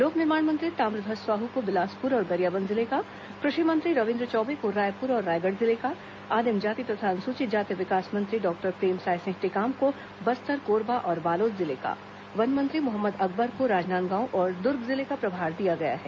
लोक निर्माण मंत्री ताम्रध्वज साहू को बिलासपुर और गरियाबंद जिले का कृषि मंत्री रविन्द्र चौबे को रायपुर और रायगढ़ जिले का आदिम जाति तथा अनुसूचित जाति विकास मंत्री डॉक्टर प्रेमसाय सिंह टेकाम को बस्तर कोरबा और बालोद जिले का वन मंत्री मोहम्मद अकबर को राजनांदगांव और दुर्ग जिले का प्रभार दिया गया है